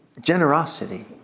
generosity